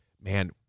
man